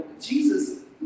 Jesus